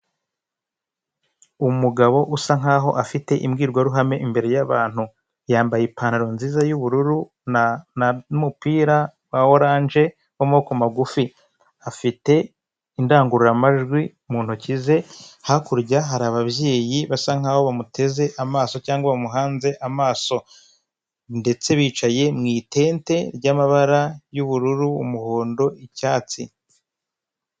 Umugabo usa nkaho afite imbwirwaruhame imbere y'abantu, yambaye ipantaro nziza y'ubururu na na n'umupira wa oranje w'amoboko magufi, afite indangururamajwi mu ntoki ze, hakurya hari ababyeyi basa nkaho bamuteze amaso cyangwa bamuhanze amaso, ndetse bicaye mu itete ry'amabara y'ubururu, umuhondo, icyatsi.